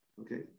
Okay